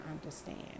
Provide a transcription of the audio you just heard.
understand